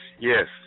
yes